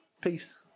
Peace